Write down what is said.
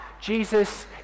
Jesus